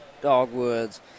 dogwoods